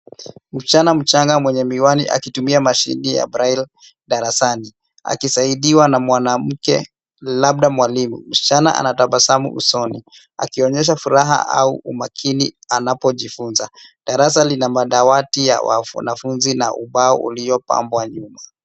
Msichana mchanga mwenye miwani akitumia mashine ya breli darasani akisaidiwa na mwanamke labda mwalimu. Msichana ana tabasamu usoni akionyesha furaha au umakini anapojifunza. Darasa lina madawati ya wanafunzi na ubao uliopambwa nyuma.